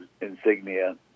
Insignia